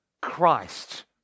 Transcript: Christ